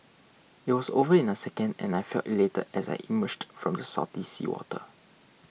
it was over in a second and I felt elated as I emerged from the salty seawater